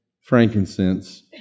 frankincense